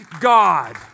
God